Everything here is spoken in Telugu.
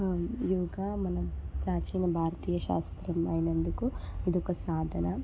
యోగా మనం ప్రాచీన భారతీయ శాస్త్రం అయినందుకు ఇది ఒక సాధన